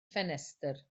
ffenestr